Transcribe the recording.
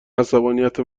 عصبانیت